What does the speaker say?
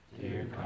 dear